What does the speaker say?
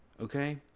Okay